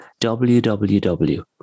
www